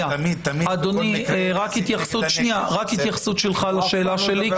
אדוני, רק התייחסות שלך לשאלה שלי,